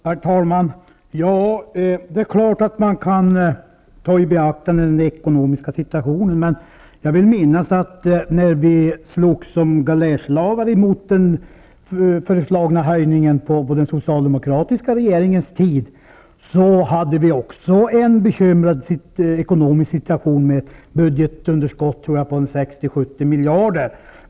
Herr talman! Det är klart att man kan ta i beaktande den ekonomiska situationen. Jag vill minnas att när vi slogs som galärslavar mot den föreslagna höjningen på den socialdemokratiska regeringens tid, hade vi också en bekymmersam ekonomisk situation, med ett budgetunderskott på 60--70 miljarder.